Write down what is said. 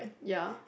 ya